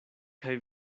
kaj